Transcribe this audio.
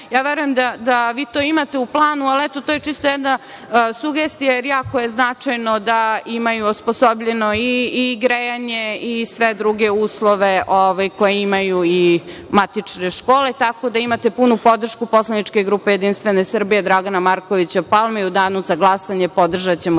verujem da vi to imate u planu, ali eto to je čisto jedna sugestija, jer jako je značajno da imaju osposobljeno i grejanje i sve druge uslove koje imaju i matične škole, tako da imate punu podršku poslaničke grupe Jedinstvene Srbije, Dragana Markovića Palme i u danu za glasanje podržaćemo